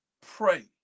Pray